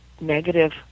negative